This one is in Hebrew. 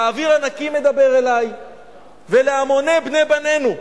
האוויר הנקי מדבר אלי ולהמוני בני בנינו.